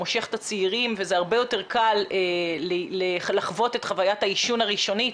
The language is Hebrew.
שזה מושך את הצעירים וזה הרבה יותר קל לחוות את חווית העישון הראשונית,